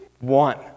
one